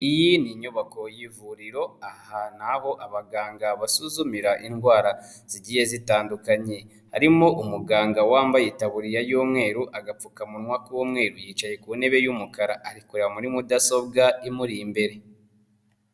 Iyi ni inyubako y'ivuriro aha naho abaganga basuzumira indwara zigiye zitandukanye. Harimo umuganga wambaye itaburiya y'umweru, agapfukamunwa k'umweru yicaye ku ntebe y'umukara ari kureba muri mudasobwa imuri imbere.